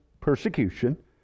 persecution